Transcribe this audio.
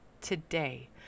today